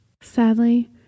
Sadly